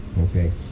okay